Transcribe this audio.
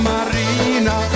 Marina